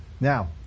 Now